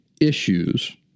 issues